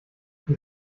die